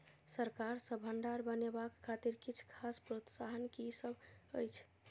सरकार सँ भण्डार बनेवाक खातिर किछ खास प्रोत्साहन कि सब अइछ?